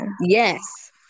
Yes